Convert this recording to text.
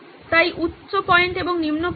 তাই উচ্চ পয়েন্ট এবং নিম্ন পয়েন্ট